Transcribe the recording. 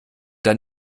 dann